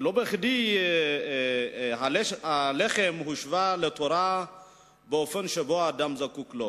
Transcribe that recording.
ולא בכדי הלחם הושווה לתורה באופן שבו האדם זקוק לו.